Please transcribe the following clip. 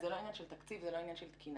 זה לא עניין של תקציב ולא עניין של תקינה.